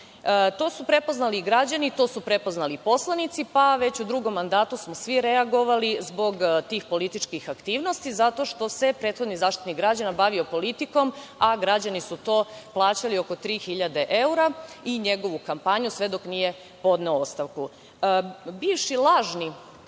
To su prepoznali građani, to su prepoznali poslanici, pa smo svi reagovali u drugom mandatu zbog tih političkih aktivnosti, jer se prethodni Zaštitnik građana bavio politikom, a građani su to plaćali oko 3.000 evra i njegovu kampanju sve dok nije podneo ostavku. Bivši lažni